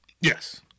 Yes